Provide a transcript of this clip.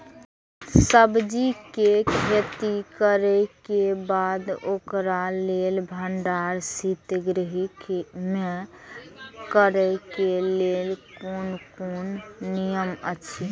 सब्जीके खेती करे के बाद ओकरा लेल भण्डार शित गृह में करे के लेल कोन कोन नियम अछि?